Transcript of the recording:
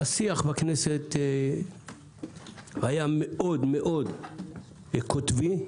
השיח בכנסת היה מאוד-מאוד קוטבי.